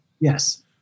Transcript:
Yes